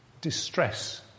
distress